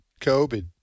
COVID